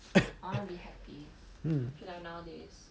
我要 be happy I feel like nowadays